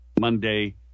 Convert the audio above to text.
Monday